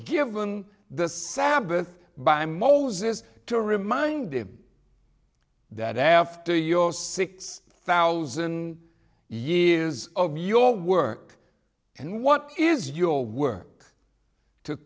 given the sabbath by moses to remind him that after your six thousand years of your work and what is your work to